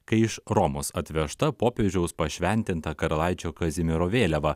kai iš romos atvežta popiežiaus pašventinta karalaičio kazimiero vėliava